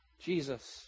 Jesus